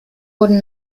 wurden